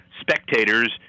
spectators